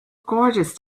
gorgeous